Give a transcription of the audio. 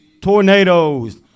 Tornadoes